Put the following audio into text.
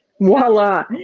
Voila